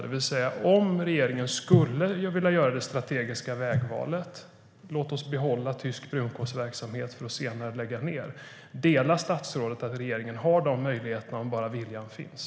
Låt oss anta att regeringen skulle vilja göra det strategiska vägvalet att behålla den tyska brunkolsverksamheten för att senare lägga ned. Delar statsrådet åsikten att regeringen har denna möjlighet om bara viljan finns?